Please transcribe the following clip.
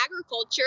agriculture